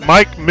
Mike